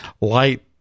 light